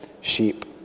sheep